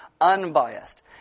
unbiased